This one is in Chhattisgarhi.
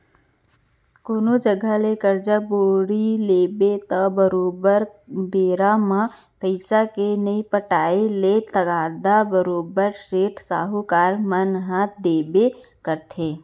कोनो जघा ले करजा बोड़ी लेबे त बरोबर बेरा म पइसा के नइ पटाय ले तगादा बरोबर सेठ, साहूकार मन ह देबे करथे